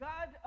God